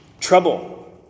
Trouble